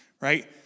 right